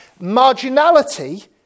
marginality